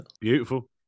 Beautiful